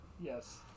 yes